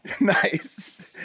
Nice